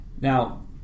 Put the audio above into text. Now